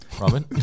Robin